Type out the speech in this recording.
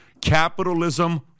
Capitalism